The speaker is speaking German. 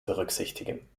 berücksichtigen